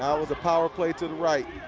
was a power play to the right.